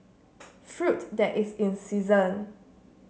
fruit that is in season